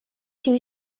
too